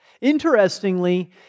Interestingly